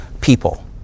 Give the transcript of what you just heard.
people